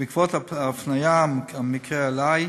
ובעקבות הפניית המקרה אלי,